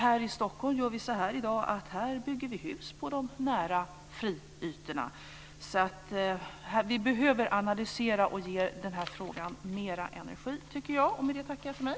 Här i Stockholm bygger vi i dag hus på de nära friytorna. Vi behöver alltså analysera och ge den här frågan mer energi, tycker jag. Med det tackar jag för mig.